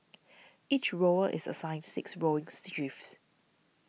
each rower is assigned six rowing shifts